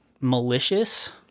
malicious